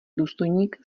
důstojník